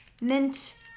mint